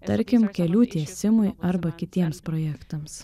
tarkim kelių tiesimui arba kitiems projektams